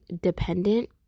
dependent